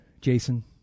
Jason